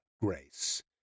grace